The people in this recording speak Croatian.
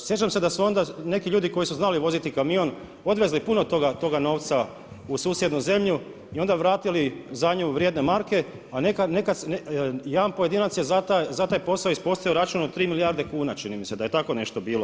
Sjećam se da su onda neki ljudi koji su znali voziti kamion odvezli puno toga novca u susjednu zemlju i onda vratili za nju vrijedne marke a jedan pojedinac je za taj riposao ispostavio račun od 3 milijarde kuna, čini mi se, da je tako nešto bilo.